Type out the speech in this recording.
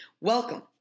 Welcome